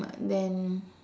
then